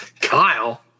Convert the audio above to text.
Kyle